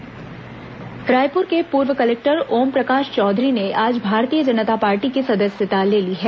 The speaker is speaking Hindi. ओपी चौधरी भाजपा रायपुर के पूर्व कलेक्टर ओमप्रकाश चौधरी ने आज भारतीय जनता पार्टी की सदस्यता ले ली है